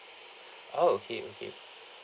oh okay okay